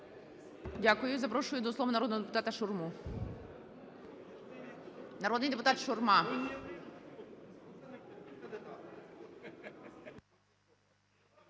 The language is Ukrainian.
Дякую. Запрошую до слова народного депутата Шурму. Народний депутат Шурма.